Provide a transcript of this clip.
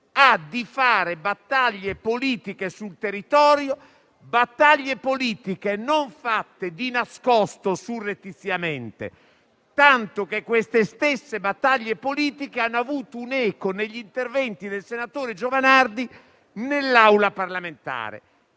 di un parlamentare di fare sul territorio battaglie politiche non di nascosto, surrettiziamente, tanto che queste stesse battaglie politiche hanno avuto un'eco negli interventi del senatore Giovanardi nell'Aula parlamentare.